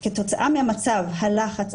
כתוצאה מהמצב והלחץ,